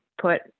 put